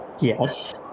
yes